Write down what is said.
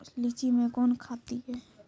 लीची मैं कौन खाद दिए?